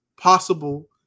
possible